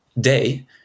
day